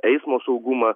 eismo saugumą